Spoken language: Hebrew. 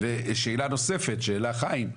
ושאלה נוספת, חיים,